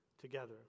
together